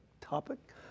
topic